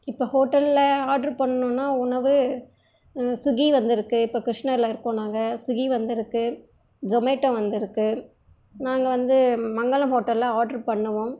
இப்போ ஹோட்டலில் ஆட்ரு பண்ணும்னா உணவு ஸ்விக்கி வந்துயிருக்கு இப்போ கிருஷ்ணகிரியில இருக்கோம் நாங்கள் ஸ்விக்கி வந்துயிருக்கு ஜொமேட்டோ வந்துயிருக்கு நாங்கள் வந்து மங்களம் ஹோட்டலில் ஆட்ரு பண்ணுவோம்